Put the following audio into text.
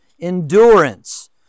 endurance